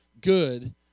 good